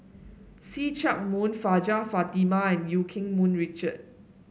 See Chak Mun Hajjah Fatimah and Eu Keng Mun Richard